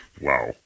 Wow